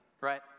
right